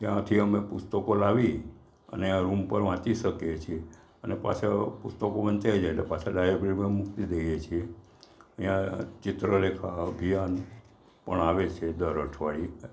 ત્યાંથી અમે પુસ્તકો લાવી અને આ રૂમ પર વાંચી શકીએ છીએ અને પાછા પુસ્તકો વંચાઈ જાય એટલે પાછા લાઇબ્રેરીમાં મૂકી દઈએ છીએ ઇયાં ચિત્રલેખા અભિયાન પણ આવે છે દર અઠવાડીએ